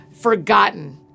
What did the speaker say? forgotten